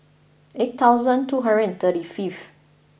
eight thousand two hundred and thirty fifth